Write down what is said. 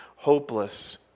hopeless